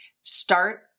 start